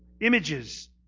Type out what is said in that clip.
Images